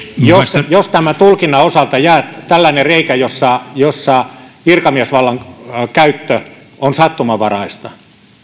jos tulkinnan osalta jää tällainen reikä jossa jossa virkamiesvallankäyttö on sattumanvaraista